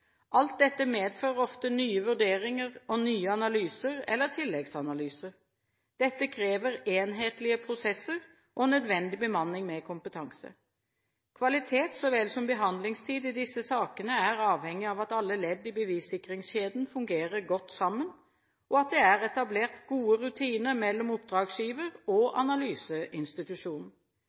Alt dette medfører ofte nye vurderinger og nye analyser eller tilleggsanalyser. Dette krever enhetlige prosesser og nødvendig bemanning med kompetanse. Kvalitet så vel som behandlingstid i disse sakene er avhengig av at alle ledd i bevissikringskjeden fungerer godt sammen, og at det er etablert gode rutiner mellom oppdragsgiver og analyseinstitusjonen.